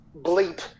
bleep